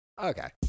okay